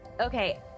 okay